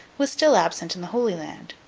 was still absent in the holy land.